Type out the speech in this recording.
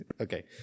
okay